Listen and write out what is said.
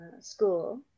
school